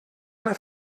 una